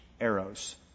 arrows